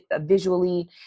visually